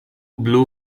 blue